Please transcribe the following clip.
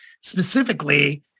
specifically